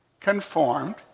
conformed